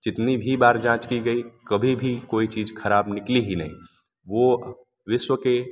कितनी भी बार जाँच की गई कभी भी कोई चीज़ ख़राब निकली ही नहीं वो विश्व के